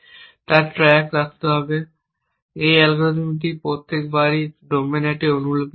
তার ট্র্যাক রাখতে হবে এই অ্যালগরিদমটি প্রতিবারই ডোমেনের একটি অনুলিপি তৈরি করে